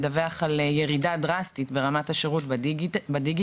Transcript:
מדווח על ירידה דרסטית ברמת השירות בדיגיטל.